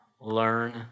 learn